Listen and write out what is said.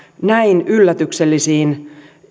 näin yllätyksellisiin